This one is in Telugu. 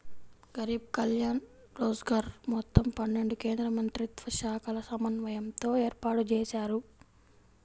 గరీబ్ కళ్యాణ్ రోజ్గర్ మొత్తం పన్నెండు కేంద్రమంత్రిత్వశాఖల సమన్వయంతో ఏర్పాటుజేశారు